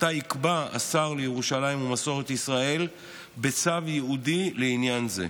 שאותה יקבע השר לירושלים ומסורת ישראל בצו ייעודי לעניין זה.